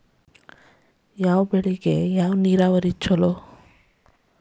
ಯಾವ ಬೆಳಿಗೆ ಯಾವ ನೇರಾವರಿ ಛಲೋ?